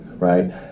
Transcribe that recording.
right